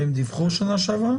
הם דיווחו שנה שעברה?